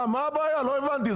מה הבעיה, לא הבנתי.